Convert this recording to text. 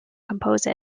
compose